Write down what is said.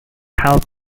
help